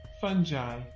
Fungi